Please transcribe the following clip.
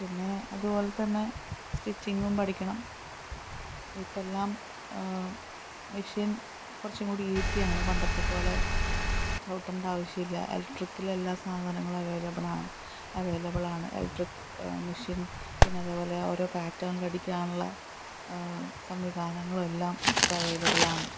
പിന്നെ അതുപോലെത്തന്നെ സ്റ്റിച്ചിങ്ങും പഠിക്കണം ഇപ്പോഴെല്ലാം മെഷീൻ കുറച്ചുംകൂടി ഈസിയാണ് പണ്ടത്തെപ്പോലെ ചവിട്ടേണ്ട ആവശ്യമില്ല എലക്ട്രിക്കിൽ എല്ലാ സാധനങ്ങളും അവൈലബിളാണ് അവൈലബിളാണ് എലക്ട്രിക് മെഷീൻ പിന്നെ അതേപോലെ ഓരോ പാറ്റേണിൽ അടിക്കാനുള്ള സംവിധാനങ്ങളും എല്ലാം ഇപ്പോൾ അവൈലബിളാണ്